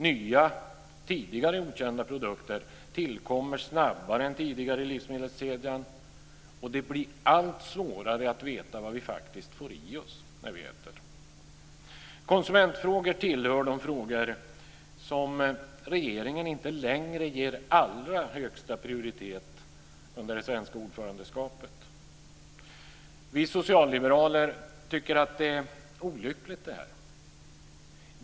Nya, tidigare okända produkter tillkommer snabbare än tidigare i livsmedelskedjan, och det blir allt svårare att veta vad vi faktiskt får i oss när vi äter. Konsumentfrågorna hör till de frågor som regeringen inte längre ger allra högsta prioritet under det svenska ordförandeskapet. Vi socialliberaler tycker att det är olyckligt.